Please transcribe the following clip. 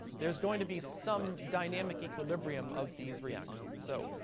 there's going to be some dynamic equilibrium of these reactions. so,